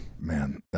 man